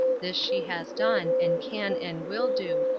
this she has done, and can and will do,